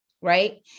right